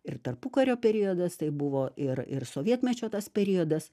ir tarpukario periodas tai buvo ir ir sovietmečio tas periodas